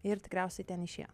ir tikriausiai ten išėjo